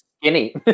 Skinny